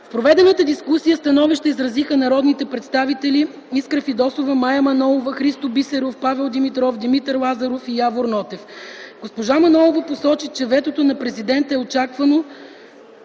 В проведената дискусия становища изразиха народните представители Искра Фидосова, Мая Манолова, Христо Бисеров, Павел Димитров, Димитър Лазаров и Явор Нотев. Госпожа Мая Манолова посочи, че ветото на президента е очаквано